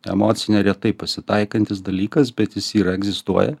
emocinė retai pasitaikantis dalykas bet jis yra egzistuoja